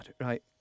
Right